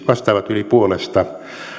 vastaavat yli puolesta